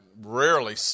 rarely